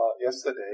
yesterday